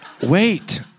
Wait